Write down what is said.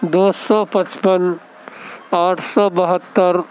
دو سو پچپن آٹھ سو بہتّر